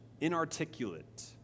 inarticulate